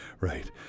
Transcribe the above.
right